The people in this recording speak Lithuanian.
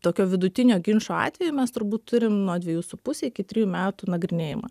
tokio vidutinio ginčo atveju mes turbūt turim nuo dvejų su puse iki trijų metų nagrinėjimą